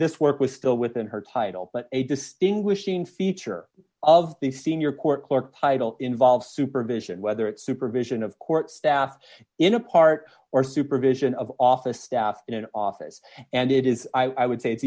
this work was still within her title but a distinguishing feature of the senior court clerk title involves supervision whether it's supervision of court staff in a part or supervision of office staff in an office and it is i would say it's